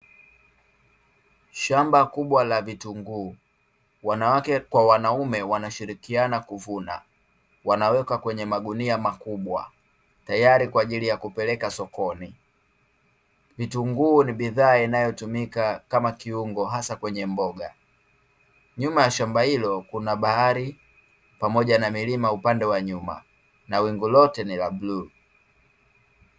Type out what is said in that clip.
Shamba kubwa la vitunguu. Wanawake kwa awanaume wanashirikiana kuvuna, wanaweka kwenye magunia makubwa, tayari kwa ajili ya kupeleka sokoni. Vitunguu ni bidhaa inayotumika kama kiungo hasa kwenye mboga. Nyuma ya shamba hilo kuna bahari pamoja na milima upande wa nyuma na wingu lote ni la bluu.